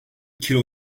kilo